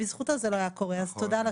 שבזכותו זה לא היה קורה, אז תודה שלומי.